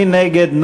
מי נגד?